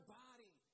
body